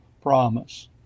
promise